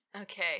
Okay